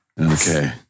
Okay